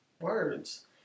Words